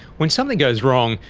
when something goes wrong,